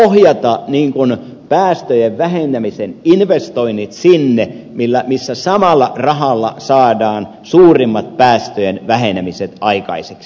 ohjata päästöjen vähentämisen investoinnit sinne missä samalla rahalla saadaan suurimmat päästöjen vähenemiset aikaiseksi